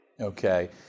Okay